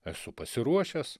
esu pasiruošęs